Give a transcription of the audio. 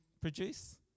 produce